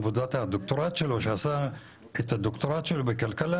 עבודת הדוקטורט שלו שעשה את הדוקטורט שלו בכלכלה